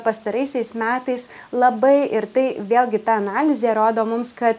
pastaraisiais metais labai ir tai vėlgi ta analizė rodo mums kad